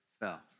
fell